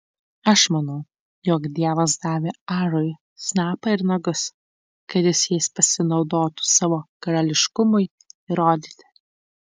aš manau jog dievas davė arui snapą ir nagus kad jis jais pasinaudotų savo karališkumui įrodyti